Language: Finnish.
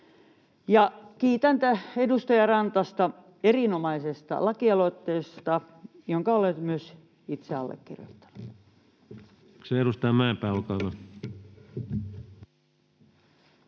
Kiitän edustaja Rantasta erinomaisesta lakialoitteesta, jonka olen myös itse allekirjoittanut.